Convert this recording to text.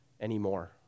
anymore